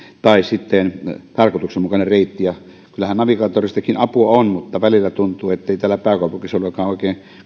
tai sitten tarkoituksenmukainen reitti ja ja kyllähän navigaattoristakin apua on mutta välillä tuntuu etteivät täällä pääkaupunkiseudullakaan